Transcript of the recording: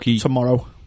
tomorrow